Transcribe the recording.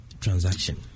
transaction